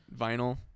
vinyl